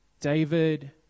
David